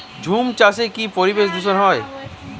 ঝুম চাষে কি পরিবেশ দূষন হয়?